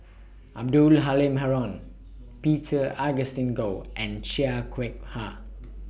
Abdul Halim Haron Peter Augustine Goh and Chia Kwek Ha